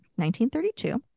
1932